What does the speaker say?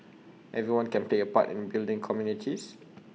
everyone can play A part in building communities